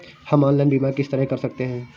हम ऑनलाइन बीमा किस तरह कर सकते हैं?